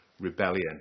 rebellion